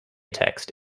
text